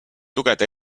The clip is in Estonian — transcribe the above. lugeda